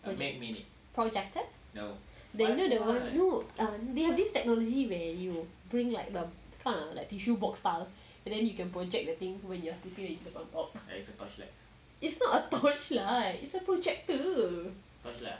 projector you know that [one] no you know they have this technology where you bring like the kind of like tissue box style and then you can project the thing when you have it's not a torchlight it's a projector